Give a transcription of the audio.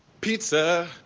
pizza